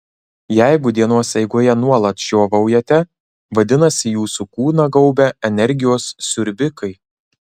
jeigu dienos eigoje nuolat žiovaujate vadinasi jūsų kūną gaubia energijos siurbikai